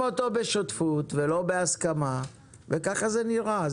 אותו בשותפות ולא בהסכמה וככה זה נראה,